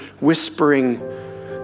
whispering